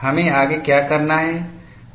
हमें आगे क्या करना है